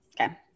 Okay